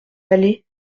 allez